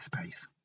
space